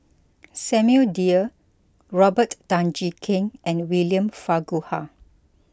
Samuel Dyer Robert Tan Jee Keng and William Farquhar